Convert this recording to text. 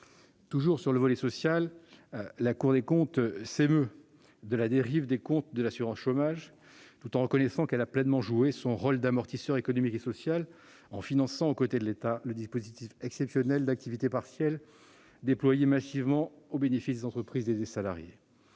concerne le volet social, la Cour des comptes s'émeut de la dérive des comptes de l'assurance chômage, tout en reconnaissant que celle-ci a pleinement joué son rôle d'amortisseur économique et social, en finançant, aux côtés de l'État, le dispositif exceptionnel d'activité partielle déployé massivement au bénéfice des entreprises et des salariés.